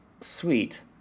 sweet